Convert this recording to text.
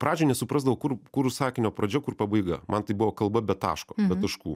pradžioj nesuprasdavau kur kur sakinio pradžia kur pabaiga man tai buvo kalba be taško be taškų